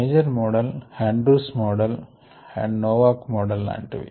Moser model Andrews and Novak model లాంటివి